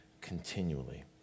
continually